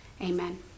Amen